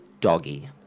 doggy